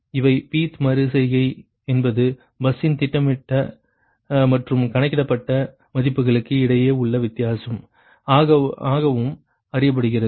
இவை p th மறு செய்கை என்பது பஸ்ஸின் திட்டமிடப்பட்ட மற்றும் கணக்கிடப்பட்ட மதிப்புகளுக்கு இடையே உள்ள வித்தியாசம் ஆகவும் அறியப்படுகிறது